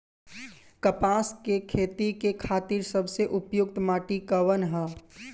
कपास क खेती के खातिर सबसे उपयुक्त माटी कवन ह?